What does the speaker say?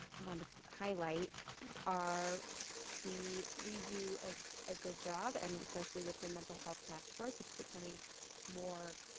wanted to highlight are the, we do ah a good job and especially with the mental health task force it's becoming more